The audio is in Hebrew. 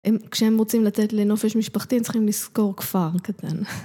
כשהם רוצים לצאת לנופש משפחתי, הם צריכים לשכור כפר קטן.